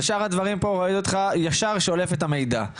על שאר הדברים פה ראיתי אותך ישר שולף את המידע.